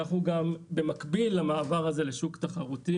במקביל למעבר הזה לשוק תחרותי,